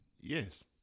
Yes